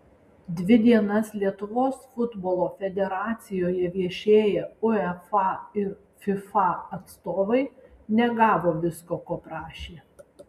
dvi dienas lietuvos futbolo federacijoje viešėję uefa ir fifa atstovai negavo visko ko prašė